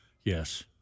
Yes